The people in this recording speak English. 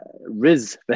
Riz